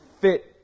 fit